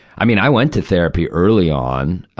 i mean, i went to therapy early on.